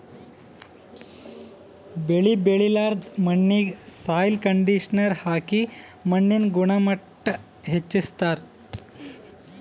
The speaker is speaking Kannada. ಬೆಳಿ ಬೆಳಿಲಾರ್ದ್ ಮಣ್ಣಿಗ್ ಸಾಯ್ಲ್ ಕಂಡಿಷನರ್ ಹಾಕಿ ಮಣ್ಣಿನ್ ಗುಣಮಟ್ಟ್ ಹೆಚಸ್ಸ್ತಾರ್